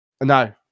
no